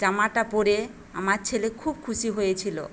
জামাটা পরে আমার ছেলে খুব খুশি হয়েছিল